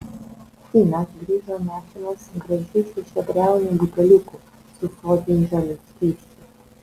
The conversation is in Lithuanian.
finas grįžo nešinas gražiu šešiabriauniu buteliuku su sodriai žaliu skysčiu